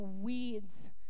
weeds